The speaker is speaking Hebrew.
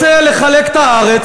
רוצה לחלק את הארץ,